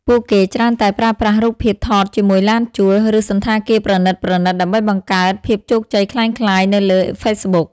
ពួកគេច្រើនតែប្រើប្រាស់រូបភាពថតជាមួយឡានជួល ឬសណ្ឋាគារប្រណីតៗ ដើម្បីបង្កើត "ភាពជោគជ័យក្លែងក្លាយ" នៅលើ Facebook។